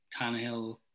Tannehill